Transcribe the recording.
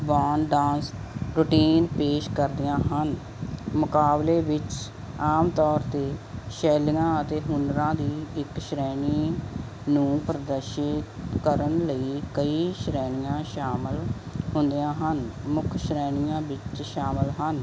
ਵਾਨ dance routine ਪੇਸ਼ ਕਰਦੀਆਂ ਹਨ ਮੁਕਾਬਲੇ ਵਿੱਚ ਆਮ ਤੌਰ 'ਤੇ ਸ਼ੈਲੀਆਂ ਅਤੇ ਹੁਨਰਾਂ ਦੀ ਇੱਕ ਸ਼੍ਰੇਣੀ ਨੂੰ ਪ੍ਰਦਰਸ਼ਿਤ ਕਰਨ ਲਈ ਕਈ ਸ਼੍ਰੇਣੀਆਂ ਸ਼ਾਮਲ ਹੁੰਦੀਆਂ ਹਨ ਮੁੱਖ ਸ਼੍ਰੇਣੀਆਂ ਵਿੱਚ ਸ਼ਾਮਲ ਹਨ